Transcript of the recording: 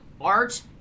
art